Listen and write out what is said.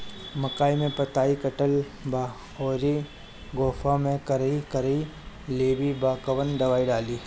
मकई में पतयी कटल बा अउरी गोफवा मैं करिया करिया लेढ़ी बा कवन दवाई डाली?